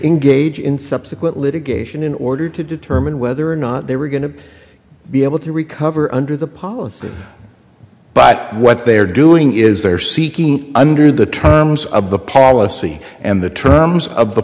engage in subsequent litigation in order to determine whether or not they were going to be able to recover under the policy but what they are doing is they're seeking under the terms of the policy and the terms of the